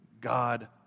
God